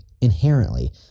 inherently